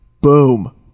Boom